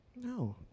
No